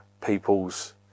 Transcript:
people's